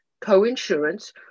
co-insurance